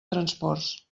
transports